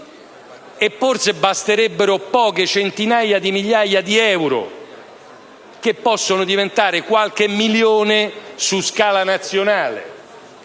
Forse basterebbero poche centinaia di migliaia di euro, che potrebbero diventare qualche milione su scala nazionale,